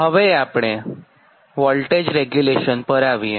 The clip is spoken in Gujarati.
હવે આપણે વોલ્ટેજ રેગ્યુલેશન પર આવીએ